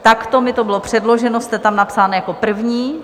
Takto mi to bylo předloženo, jste tam napsán jako první.